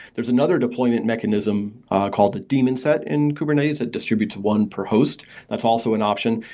there's another deployment mechanism called the demon set in kubernetes that distribute to one per host. that's also an option.